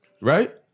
Right